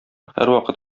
һәрвакыт